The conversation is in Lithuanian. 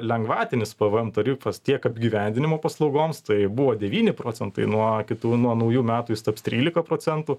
lengvatinis pvm tarifas tiek apgyvendinimo paslaugoms tai buvo devyni procentai nuo kitų nuo naujų metų jis taps trylika procentų